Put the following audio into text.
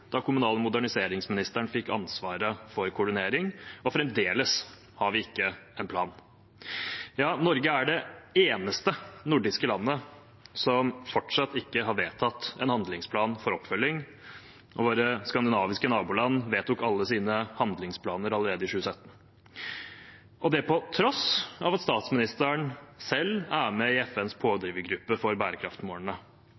da kommunal- og moderniseringsministeren fikk ansvaret for koordineringen, og fremdeles har vi ikke en plan. Norge er det eneste nordiske landet som fortsatt ikke har vedtatt en handlingsplan for oppfølging – våre skandinaviske naboland vedtok alle sine handlingsplaner allerede i 2017 – og det på tross av at statsministeren selv er med i FNs